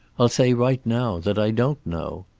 i'll say right now that i don't know.